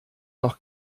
noch